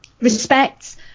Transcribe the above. respects